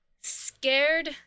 scared